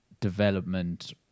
development